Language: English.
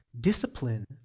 discipline